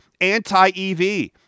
anti-EV